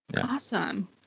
Awesome